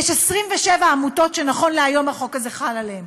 יש 27 עמותות שנכון להיום החוק הזה חל עליהן.